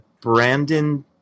Brandon